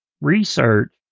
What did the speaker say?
research